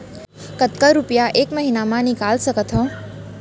कतका रुपिया एक महीना म निकाल सकथव?